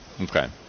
Okay